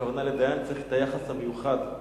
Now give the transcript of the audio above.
הכוונה שלדיין צריך את היחס המיוחד,